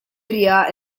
rhea